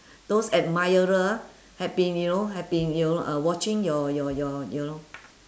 those admirer have been you know have been you know uh watching your your your your